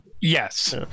yes